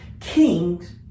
kings